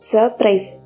Surprise